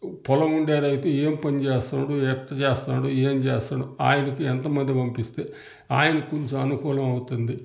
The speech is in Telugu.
పొలం ఉండే రైతు ఏం పని చేస్తున్నాడు ఎట్ల చేస్తన్నడు ఏం చేస్తున్నాడు ఆయనకి ఎంత మంది పంపిస్తే ఆయనకి కొంచెం అనుకూలం అవుతుంది